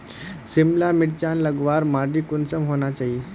सिमला मिर्चान लगवार माटी कुंसम होना चही?